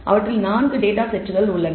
அவற்றில் 4 டேட்டா செட்கள் உள்ளன